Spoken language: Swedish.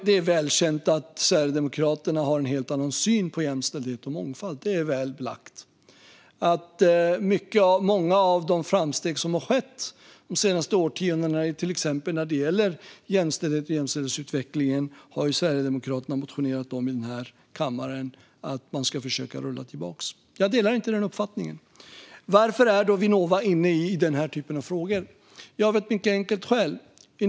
Det är välkänt att Sverigedemokraterna har en helt annan syn på jämställdhet och mångfald - det är väl belagt. Sverigedemokraterna har här i riksdagen motionerat om att man ska försöka rulla tillbaka många av de framsteg som har skett de senaste årtiondena när det till exempel gäller jämställdhet. Jag delar inte den uppfattningen. Varför ägnar sig då Vinnova åt den här typen av frågor? Det gör de av ett mycket enkelt skäl.